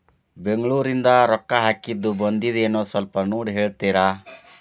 ಬೆಂಗ್ಳೂರಿಂದ ರೊಕ್ಕ ಹಾಕ್ಕಿದ್ದು ಬಂದದೇನೊ ಸ್ವಲ್ಪ ನೋಡಿ ಹೇಳ್ತೇರ?